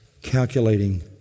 calculating